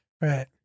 Right